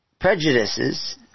prejudices